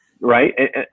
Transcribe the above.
right